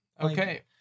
Okay